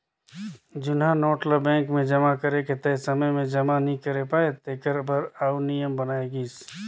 जुनहा नोट ल बेंक मे जमा करे के तय समे में जमा नी करे पाए तेकर बर आउ नियम बनाय गिस